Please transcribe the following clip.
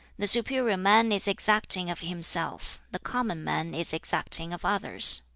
the superior man is exacting of himself the common man is exacting of others.